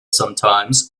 sometimes